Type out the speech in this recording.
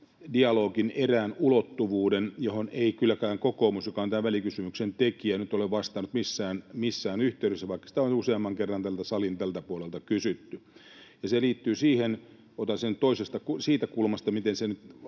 dialogin erään ulottuvuuden, johon ei kylläkään kokoomus, joka on tämän välikysymyksen tekijä, nyt ole vastannut missään yhteydessä, vaikka sitä on jo useamman kerran täältä salin tältä puolelta kysytty, ja se liittyy siihen — otan sen nyt siitä kulmasta, miten se nyt